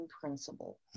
principle